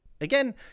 Again